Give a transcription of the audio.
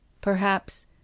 Perhaps